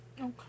Okay